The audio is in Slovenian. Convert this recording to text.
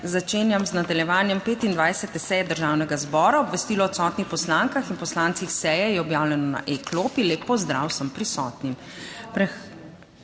Začenjam nadaljevanje 25. seje Državnega zbora. Obvestilo o odsotnih poslankah in poslancih s seje je objavljeno na e-klopi. Lep pozdrav vsem prisotnim!